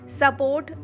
support